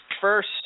first